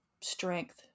strength